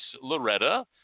Loretta